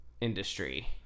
industry